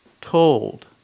told